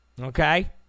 Okay